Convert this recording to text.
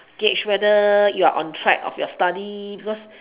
gauge whether you're on track of your study because